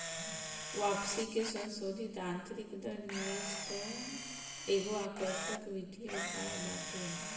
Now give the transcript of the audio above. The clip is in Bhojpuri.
वापसी के संसोधित आतंरिक दर निवेश कअ एगो आकर्षक वित्तीय उपाय बाटे